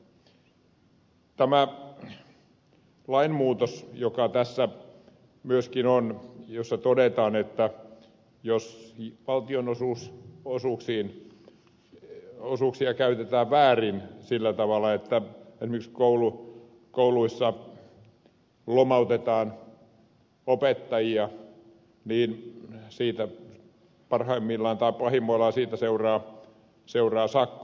tästä lainmuutoksesta joka tässä myöskin on jossa todetaan että jos valtionosuuksia käytetään väärin sillä tavalla että esimerkiksi kouluissa lomautetaan opettajia parhaimmillaan tai pahimmillaan seuraa sakko